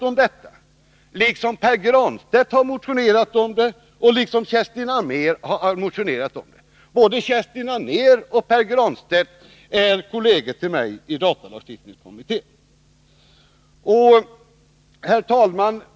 Jag har liksom Pär Granstedt och Kerstin Anér motionerat om detta. Både Kerstin Anér och Pär Granstedt är kolleger till mig i datalagstiftningskommittén. Herr talman!